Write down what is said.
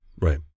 Right